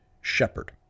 Shepherd